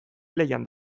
lehian